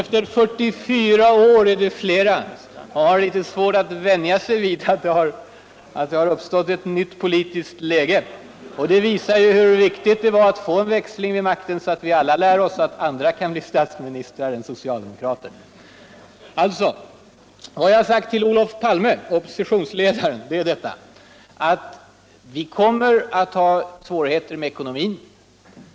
Efter 44 år av socialdemokratiskt styre är det flera som har litet svårt att vänja sig vid att det uppstått ett nytt politiskt läge. Det visar hur viktigt det var att få en växling vid makten, så att vi alla lär oss att andra än socialdemokrater kan bli statsministrar! Vad jag alltså sagt till oppositionsledaren Palme är att vi kommer atl ha svårigheter med ekonomin.